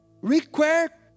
Require